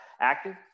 active